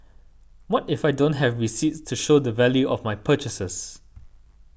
what if I don't have receipts to show the value of my purchases